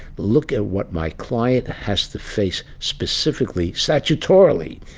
look at what my client has to face specifically, statutorily,